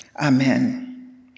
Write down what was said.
Amen